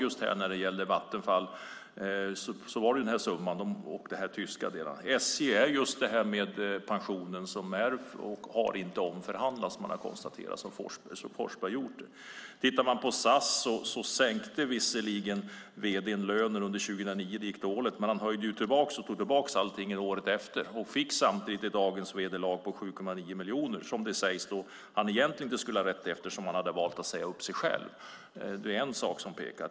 När det gäller Vattenfall handlade det om denna summa och de tyska delarna. I SJ har pensionen inte omförhandlats av Forsberg. Tittar man på SAS sänkte visserligen vd:n lönen under 2009 när det gick dåligt. Men han tog tillbaka allting året efter och fick samtidigt ett avgångsvederlag på 7,9 miljoner som det sägs att han egentligen inte skulle ha rätt till eftersom han valt att säga upp sig själv.